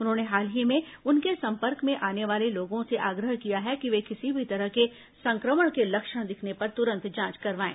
उन्होंने हाल ही में उनके संपर्क में आने वाले लोगों से आग्रह किया है कि वे किसी भी तरह के संक्रमण के लक्षण दिखने पर तुरंत जांच कराएं